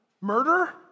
murder